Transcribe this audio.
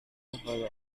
further